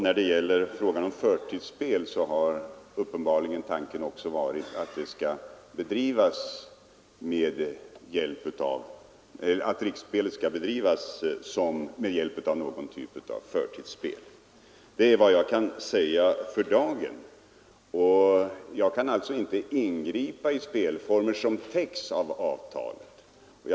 När det gäller frågan om förtidsspel har tanken uppenbarligen också varit att riksspelet skulle bedrivas som någon typ av förtidsspel. Det är vad jag kan säga för dagen. Jag kan inte ingripa i spelformer söm täcks av avtalet.